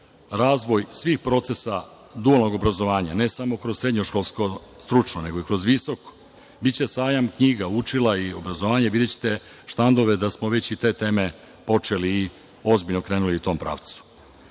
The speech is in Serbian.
razvoj svih procesa dualnog obrazovanja, ne samo kroz srednjoškolsko stručno, nego i kroz visoko, biće sajam knjiga, učila i obrazovanje, videćete štandove da smo već i te teme počeli i ozbiljno krenuli u tom pravcu. Znači,